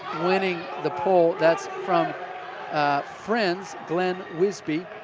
winning the pole, that's from friends glen whisby,